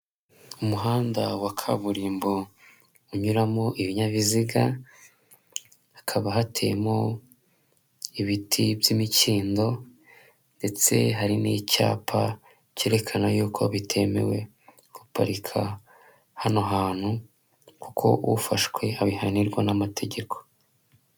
Umuhanda wa kaburimbo unyuramo ibinyabiziga hakaba hateyemo ibiti by'imikindo, ndetse hari n'icyapa cyerekana y'uko bitemewe guparika hano hantu kuko ufashwe abihanirwa n'amategeko.